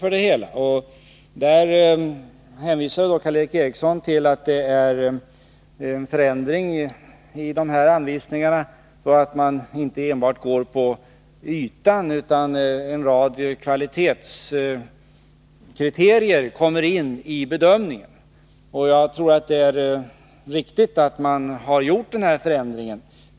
Karl Erik Eriksson hänvisade till att anvisningarna har förändrats så, att man inte enbart skall se till ytan. Också en rad kvalitetskriterier kommer in i bedömningen. Jag tror att den förändringen är riktig.